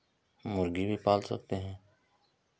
मुर्गी भी पाल सकते हैं